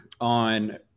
on